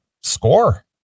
score